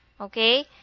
Okay